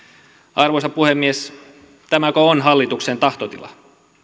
arvoisa puhemies tämäkö on hallituksen tahtotila